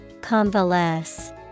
Convalesce